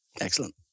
Excellent